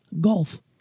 golf